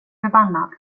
förbannad